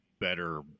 better